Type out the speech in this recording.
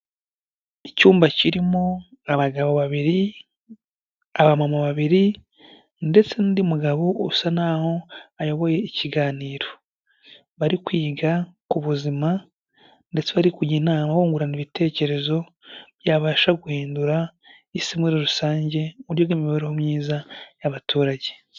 Icyumba kirimo abagabo babiri, abamama babiri ndetse n'undi mugabo usa n'aho ayoboye ikiganiro, bari kwiga ku buzima ndetse bari kujya inama bungurana ibitekerezo, byabasha guhindura isi muri rusange, mu buryo bw'imibereho myiza y'abaturage.